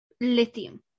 Lithium